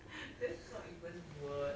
that's not even words